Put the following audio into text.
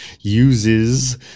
uses